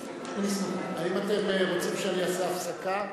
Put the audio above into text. האם אתם רוצים שאעשה הפסקה?